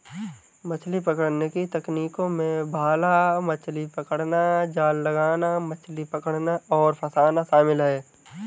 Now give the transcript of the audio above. मछली पकड़ने की तकनीकों में भाला मछली पकड़ना, जाल लगाना, मछली पकड़ना और फँसाना शामिल है